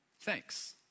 thanks